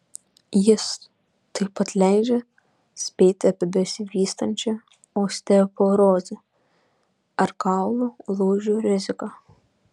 jis taip pat leidžia spėti apie besivystančią osteoporozę ar kaulų lūžių riziką